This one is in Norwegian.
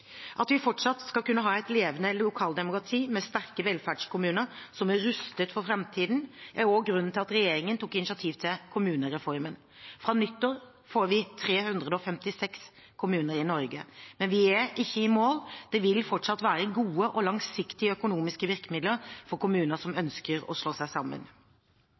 At vi fortsatt skal kunne ha et levende lokaldemokrati, med sterke velferdskommuner som er rustet for framtiden, er også grunnen til at regjeringen tok initiativ til kommunereformen. Fra nyttår får vi 356 kommuner i Norge, men vi er ikke i mål. Det vil fortsatt være gode og langsiktige økonomiske virkemidler for kommuner som ønsker å slå seg sammen.